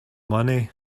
money